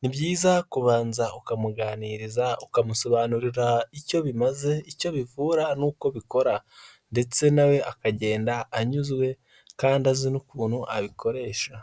ni byiza kubanza ukamuganiriza ukamusobanurira icyo bimaze, icyo bivura n'uko bikora ndetse nawe akagenda anyuzwe kandi azi n'ukuntu abikoresha.